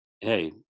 hey